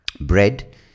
bread